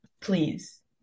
please